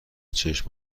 چشم